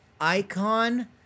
icon